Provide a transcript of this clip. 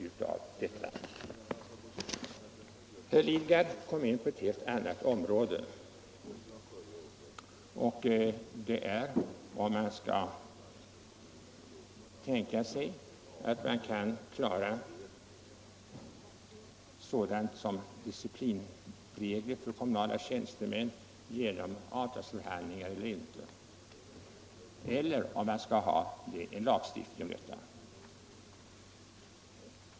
Herr Lidgard kom in på ett helt annat område, nämligen om disciplinregler för kommunala tjänstemän skall fastställas genom avtalsförhandlingar eller om det skall ske genom lagstiftning.